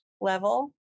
level